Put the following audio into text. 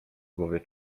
głowie